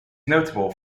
notable